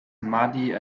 muddy